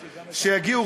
שיגיעו,